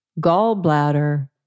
gallbladder